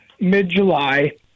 mid-July